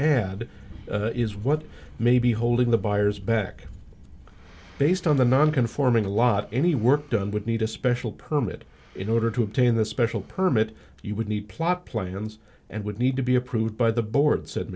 add is what may be holding the buyers back based on the non conforming a lot any work done would need a special permit in order to obtain the special permit you would need plot plans and would need to be approved by the board said